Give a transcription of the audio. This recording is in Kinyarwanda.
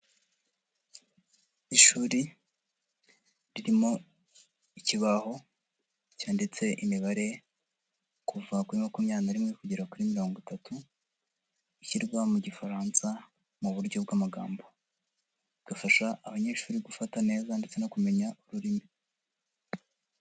Ishuri ririmo ikibaho, cyanditse imibare, kuva kuri makumyabiri na rimwe kugera kuri mirongo itatu, ishyirwa mu Gifaransa mu buryo bw'amagambo. Bigafasha abanyeshuri gufata neza ndetse no kumenya ururimi.